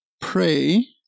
pray